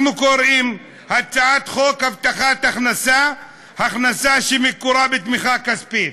אנחנו קוראים הצעת חוק הבטחת הכנסה (הכנסה שמקורה בתמיכה כספית).